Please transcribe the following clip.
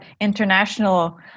international